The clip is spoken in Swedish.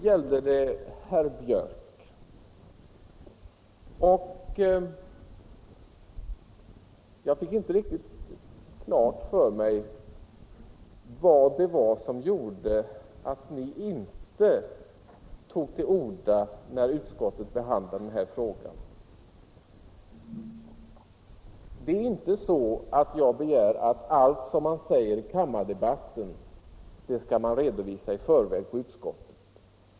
Till herr Björck i Nässjö vill jag säga att jag inte riktigt fick klart för mig vad det var som gjorde att ni inte tog till orda när utskottet behandlade den här frågan. Jag begär inte att allt som man säger i kammardebatten skall man ha redovisat i förväg i utskottet.